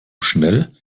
schnell